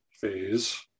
phase